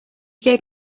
gave